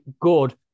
good